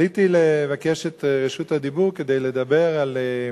עליתי לבקש את רשות הדיבור כדי לדבר על,